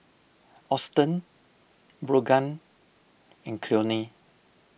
Austen Brogan and Cleone